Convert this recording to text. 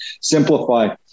simplify